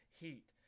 Heat